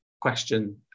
question